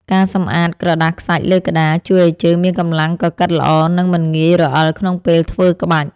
ការសម្អាតក្រដាសខ្សាច់លើក្ដារ ជួយឱ្យជើងមានកម្លាំងកកិតល្អ និងមិនងាយរអិលក្នុងពេលធ្វើក្បាច់។